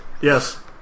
Yes